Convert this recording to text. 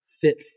fit